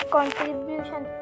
Contribution